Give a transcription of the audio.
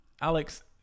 Alex